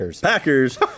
Packers